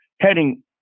heading